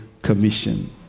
Commission